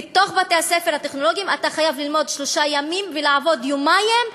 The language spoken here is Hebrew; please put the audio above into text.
בבתי-הספר הטכנולוגיים אתה חייב ללמוד שלושה ימים ולעבוד יומיים.